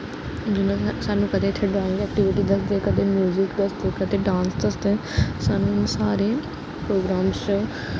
जिसलै साह्नू कदें इत्थै कदें वॉक ऐक्टिविटी दसदे कदें म्यूजिक दसदे कदें डांस दसदे साह्नूं सारे प्रोग्राम